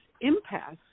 impasse